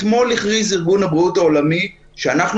אתמול הכריז ארגון הבריאות העולמי שאנחנו